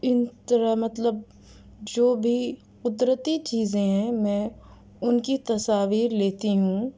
ان طرح مطلب جو بھی قدرتی چیزیں ہیں میں ان کی تصاویر لیتی ہوں